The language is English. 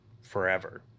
forever